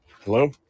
Hello